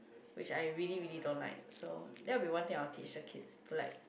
which I really really don't like so that will be one thing I will teach the kids to like